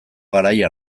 garaia